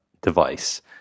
device